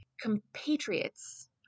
compatriots